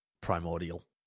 primordial